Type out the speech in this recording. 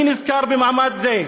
אני נזכר במעמד זה,